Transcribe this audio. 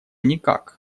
никак